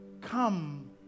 Come